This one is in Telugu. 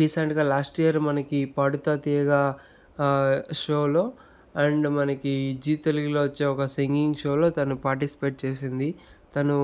రీసెంట్గా లాస్ట్ ఇయర్ మనకి పాడుతా తీయగా షోలో అండ్ మనకి జీ తెలుగులో వచ్చే ఒక సింగింగ్ షోలో తను పార్టిసిపేట్ చేసింది తను